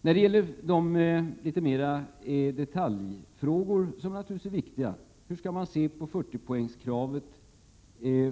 När det gäller de detaljfrågor som tagits upp och som naturligtvis är viktiga undrar jag: Hur skall man se på 40-poängskravet